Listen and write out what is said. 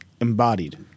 embodied